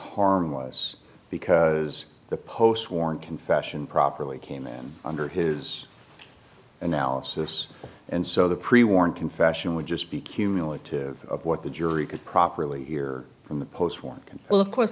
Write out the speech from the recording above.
harmless because the post warrant confession properly came in under his analysis and so the pre warned confession would just be cumulative of what the jury could properly hear from the post one can well of course